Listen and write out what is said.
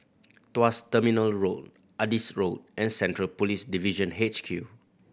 Tuas Terminal Road Adis Road and Central Police Division H Q